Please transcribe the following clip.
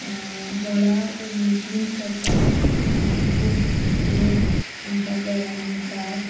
व्हडा उमेदीन करतात खूब लोक आमच्या घरांनी येतात